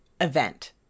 event